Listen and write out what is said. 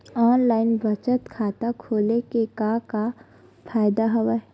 online बचत खाता खोले के का का फ़ायदा हवय